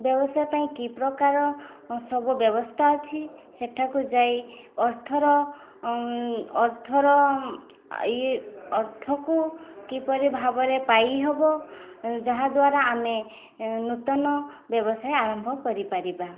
ବ୍ୟବସାୟ ପାଇଁ କି ପ୍ରକାର ସବୁ ବ୍ୟବସ୍ଥା ଅଛି ସେଠାକୁ ଯାଇ ଅର୍ଥର ଅର୍ଥର ଅର୍ଥକୁ କିପରି ଭାବରେ ପାଇହେବ ଯାହାଦ୍ୱାରା ଆମେ ନୂତନ ବ୍ୟବସାୟ ଆରମ୍ଭ କରିପାରିବା